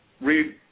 Read